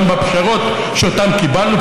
גם בפשרות שאותן קיבלנו,